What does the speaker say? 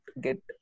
get